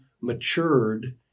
matured